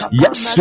yes